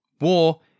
war